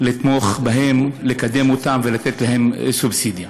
לתמוך בהם, לקדם אותם ולתת להם סובסידיה.